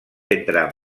entre